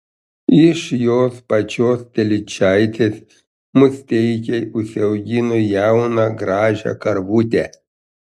iš jos pačios telyčaitės musteikiai užsiaugino jauną gražią karvutę